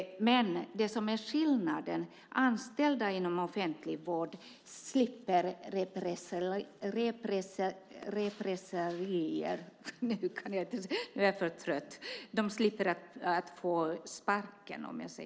Men skillnaden är att anställda inom offentlig vård slipper repressalier, alltså att få sparken.